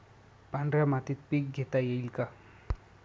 पांढऱ्या मातीत पीक घेता येईल का?